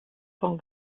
con